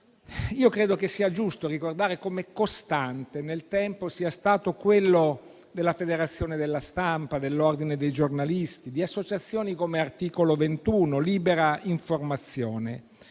io credo sia giusto ricordare come costante nel tempo sia stato il sostegno della Federazione della stampa, dell'ordine dei giornalisti, di associazioni come Articolo21, Liberainformazione